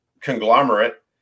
conglomerate